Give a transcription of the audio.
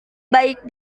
baik